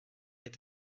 est